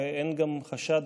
ואין גם חשד,